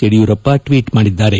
Yediyurappa tweet ಮಾಡಿದ್ದಾರೆ